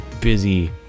busy